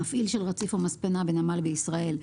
מפעיל של רציף או מספנה בנמל בישראל,